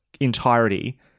Entirety